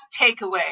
takeaway